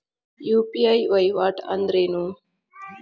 UPI ವಹಿವಾಟ್ ಅಂದ್ರೇನು?